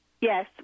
Yes